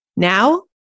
Now